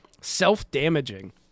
self-damaging